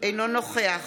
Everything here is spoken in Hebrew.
אינו נוכח